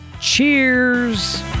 Cheers